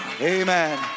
Amen